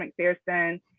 McPherson